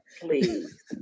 please